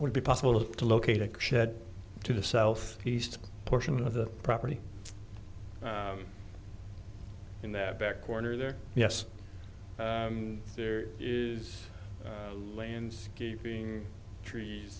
would be possible to locate a shed to the south east portion of the property in that back corner there yes there is landscaping trees